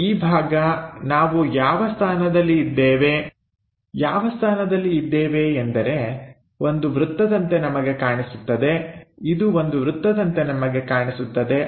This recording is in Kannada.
ಇದು ಈ ಭಾಗ ನಾವು ಯಾವ ಸ್ಥಾನದಲ್ಲಿ ಇದ್ದೇವೆ ಎಂದರೆ ಇದು ಒಂದು ವೃತ್ತದಂತೆ ನಮಗೆ ಕಾಣಿಸುತ್ತದೆ